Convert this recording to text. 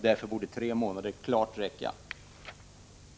Därför borde tre månader räcka till.